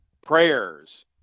prayers